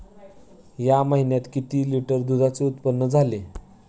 या महीन्यात किती लिटर दुधाचे उत्पादन झाले?